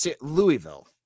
Louisville